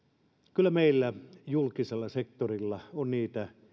kyllä meillä julkisella sektorilla on niitä